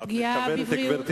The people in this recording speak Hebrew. פגיעה בבריאות גברתי,